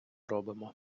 робимо